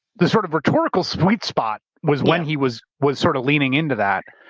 this sort of rhetorical sweet spot was when he was was sort of leaning into that.